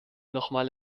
nochmal